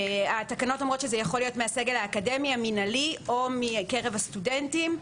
התקנות אומרות שהן יכולות להיות מהסגל האקדמי המנהלי או מקרב הסטודנטים.